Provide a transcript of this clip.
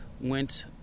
went